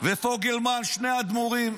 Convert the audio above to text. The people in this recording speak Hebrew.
ופוגלמן, שני אדמו"רים.